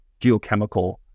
geochemical